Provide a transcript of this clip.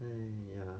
um ya